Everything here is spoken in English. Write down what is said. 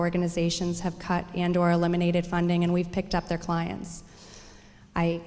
organizations have cut and or eliminated funding and we've picked up their clients i